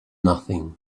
nothing